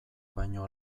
baino